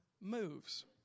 moves